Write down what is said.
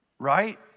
Right